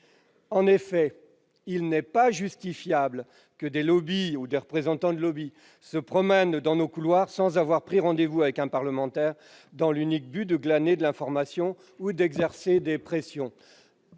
En effet, il n'est pas justifiable que des ou des représentants de se promènent dans nos couloirs sans avoir pris rendez-vous avec un parlementaire, dans l'unique but de glaner des informations ou d'exercer des pressions.